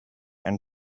and